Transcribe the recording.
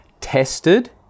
tested